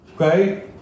Okay